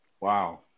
Wow